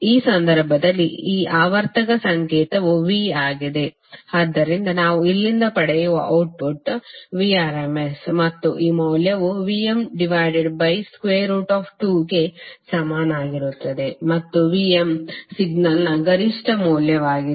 ಈ ಸಂದರ್ಭದಲ್ಲಿ ಈ ಆವರ್ತಕ ಸಂಕೇತವು V ಆಗಿದೆ ಆದ್ದರಿಂದ ನಾವು ಇಲ್ಲಿಂದ ಪಡೆಯುವ ಔಟ್ಪುಟ್ Vrms ಮತ್ತು ಈ ಮೌಲ್ಯವು Vm2ಗೆ ಸಮಾನವಾಗಿರುತ್ತದೆ ಮತ್ತು Vm ಸಿಗ್ನಲ್ನ ಗರಿಷ್ಠ ಮೌಲ್ಯವಾಗಿದೆ